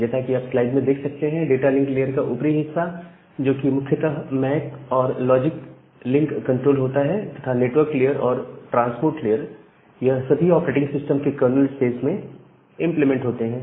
जैसा कि आप स्लाइड में देख सकते हैं डाटा लिंक लेयर का ऊपरी हिस्सा जो कि मुख्यतः मैक और लॉजिक लिंक कंट्रोल होता है तथा नेटवर्क लेयर और ट्रांसपोर्ट लेयर यह सभी ऑपरेटिंग सिस्टम के कर्नल स्पेस में इंप्लीमेंट होते हैं